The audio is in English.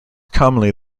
commonly